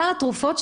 סל התרופות,